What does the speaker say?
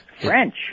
French